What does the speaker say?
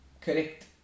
correct